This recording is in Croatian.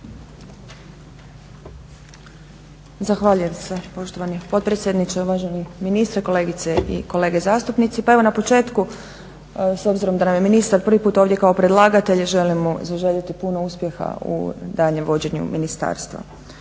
Zahvaljujem se poštovani potpredsjedniče, uvaženi ministre, kolegice i kolege zastupnici. Pa evo na početku s obzirom da nam je ministar prvi put ovdje kao predlagatelj želim mu zaželjeti puno uspjeha u daljnjem vođenju ministarstva.